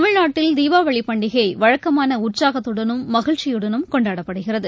தமிழ்நாட்டில் தீபாவளிபண்டிகைவழக்கமானஉற்சாகத்துடனும் மகிழ்ச்சியுடனும் கொண்டாடப்படுகிறது